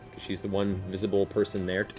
she's the one visible person there,